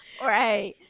Right